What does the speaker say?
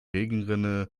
regenrinne